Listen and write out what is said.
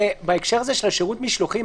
בהקשר של שירות משלוחים,